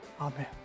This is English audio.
Amen